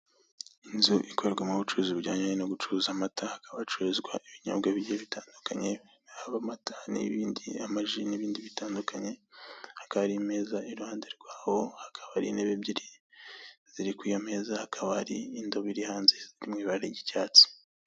Inzu ikorerwamo ubucuruzi bujyanye no gucuruza amata, hakaba hacurizwa ibinyobwa bigiye bitandukanye haba amata, n'ibindi amaji nibindi bitandukanye, hakaba hari imeza iruhande rwaho, hakaba hari intebe ebyiri ziri kwiyo meza, hakaba hari indobo iri hanze iri mu ibara ry'icyatsi.